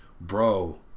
bro